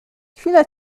chwila